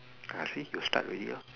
ah see you start already lor